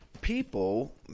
people